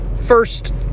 First